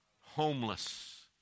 homeless